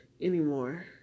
anymore